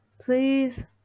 Please